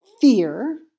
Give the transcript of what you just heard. fear